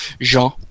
Jean